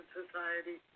society